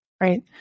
right